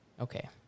Okay